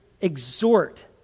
exhort